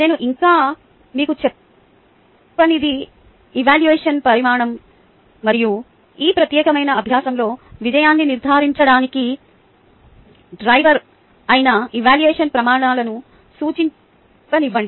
నేను ఇంకా మీకు చెప్పనిది ఎవాల్యువషన్ ప్రమాణం మరియు ఈ ప్రత్యేకమైన అభ్యాసంలో విజయాన్ని నిర్ధారించడానికి డ్రైవర్ అయిన ఎవాల్యువషన్ ప్రమాణాలను చూపించనివ్వండి